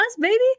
baby